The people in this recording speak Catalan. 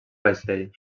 vaixell